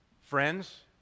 Friends